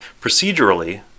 Procedurally